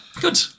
Good